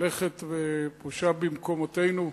הולכת ופושה במקומותינו.